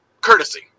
courtesy